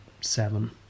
seven